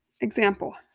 Example